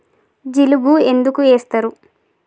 జిలుగు ఎందుకు ఏస్తరు?